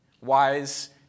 wise